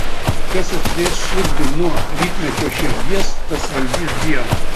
kas atplėš širdį nuo rytmečio širdies tas valdys dievą